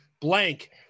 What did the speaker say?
blank